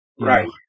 Right